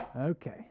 Okay